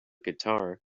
guitar